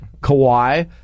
Kawhi